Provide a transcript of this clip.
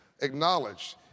acknowledged